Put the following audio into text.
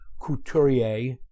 couturier